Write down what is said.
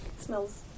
Smells